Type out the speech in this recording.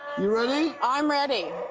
yeah ready. i'm ready,